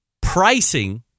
Pricing